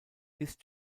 ist